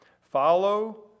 Follow